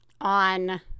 on